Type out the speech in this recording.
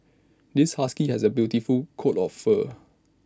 this husky has A beautiful coat of fur